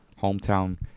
hometown